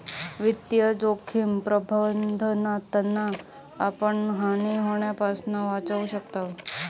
वित्तीय जोखिम प्रबंधनातना आपण हानी होण्यापासना वाचू शकताव